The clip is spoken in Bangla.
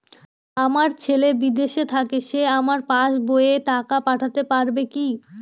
আমার ছেলে বিদেশে থাকে সে আমার পাসবই এ টাকা পাঠাতে পারবে কি?